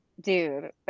Dude